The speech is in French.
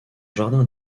jardin